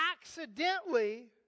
accidentally